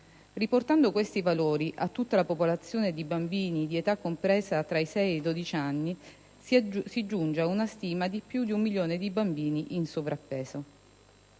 Riportando questi valori a tutta la popolazione di bambini di età compresa tra i sei e i dodici anni, si giunge ad una stima di più di un milione di bambini sovrappeso.